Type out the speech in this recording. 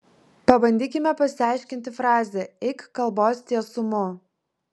pabandykime pasiaiškinti frazę eik kalbos tiesumu